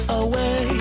away